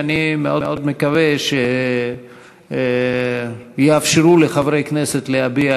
ואני מאוד מקווה שיאפשרו לחברי הכנסת להביע